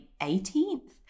18th